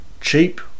cheap